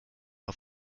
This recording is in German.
auf